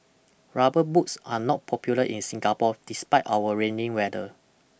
rubber boots are not popular in Singapore despite our rainy weather